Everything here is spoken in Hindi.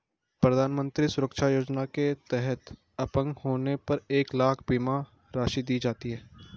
प्रधानमंत्री सुरक्षा योजना के तहत अपंग होने पर एक लाख बीमा राशि दी जाती है